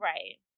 Right